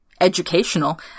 educational